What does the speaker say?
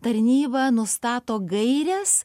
tarnyba nustato gaires